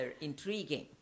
intriguing